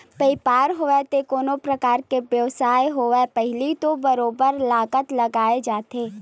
बइपार होवय ते कोनो परकार के बेवसाय होवय पहिली तो बरोबर लागत लगाए जाथे